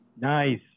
Nice